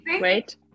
Wait